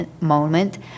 moment